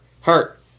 Hurt